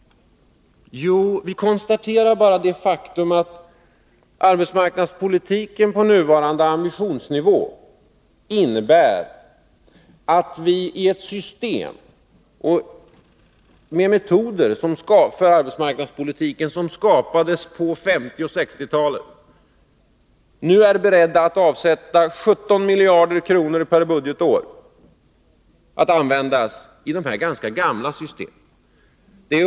Jo, vi konstaterar bara det faktum att arbetsmarknadspolitiken på nuvarande ambitionsnivå innebär att vi med metoder som skapades på 1950 och 1960-talen nu är beredda att avsätta 17 miljarder kronor per budgetår att användas i dessa gamla system.